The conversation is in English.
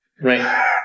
Right